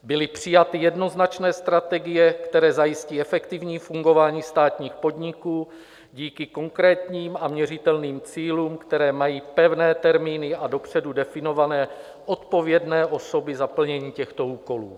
Byly přijaty jednoznačné strategie, které zajistí efektivní fungování státních podniků díky konkrétním a měřitelným cílům, které mají pevné termíny a dopředu definované odpovědné osoby za plnění těchto úkolů.